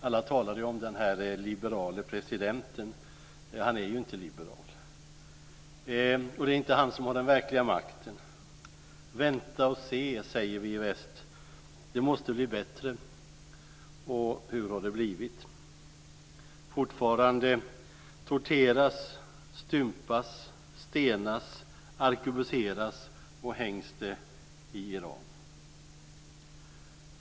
Alla talade ju om denna liberale president, men han är ju inte liberal och det är inte han som har den verkliga makten. Vänta och se, säger vi i väst, det måste bli bättre. Och hur har det blivit? Fortfarande torteras, stympas, stenas, arkibuseras och hängs det i Iran.